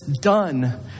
done